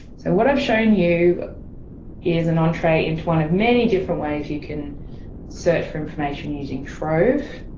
sso what i've shown you is an entree into one of many different ways you can search for information using trove.